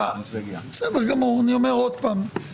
אני אומר עוד פעם,